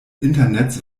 internets